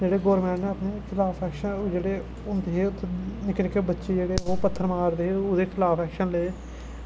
जेह्ड़े गौरमैंट नै खलाफ ऐक्शन उं'दे हे उत्थै निक्के निक्के बच्चे पत्थर मारदे हे उं'दे खलाफ ऐक्शन ले